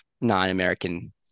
non-American